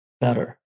better